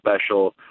special